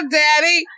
daddy